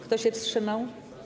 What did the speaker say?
Kto się wstrzymał?